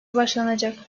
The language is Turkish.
başlanacak